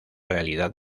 realidad